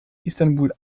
istanbul